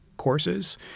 courses